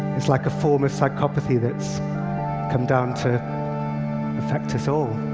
it's like a form of psychopathy that's come down to affect us all.